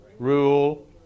rule